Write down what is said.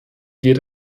geht